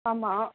ஆமாம்